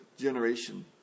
generation